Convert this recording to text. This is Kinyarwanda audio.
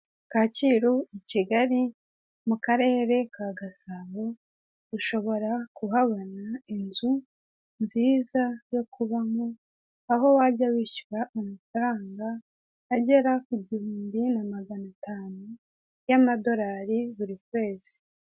Kacyiru i Kigali mu karere ka Gasabo, ushobora kuhabona inzu nziza yo kubamo aho wajya wishyura amafaranga agera ku gihumbi na maganatanu y'amadolari buri kwezi.